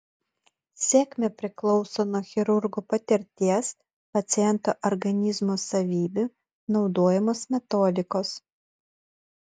sėkmė priklauso nuo chirurgo patirties paciento organizmo savybių naudojamos metodikos